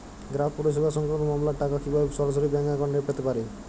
গ্রাহক পরিষেবা সংক্রান্ত মামলার টাকা কীভাবে সরাসরি ব্যাংক অ্যাকাউন্টে পেতে পারি?